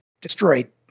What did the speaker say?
destroyed